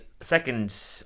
second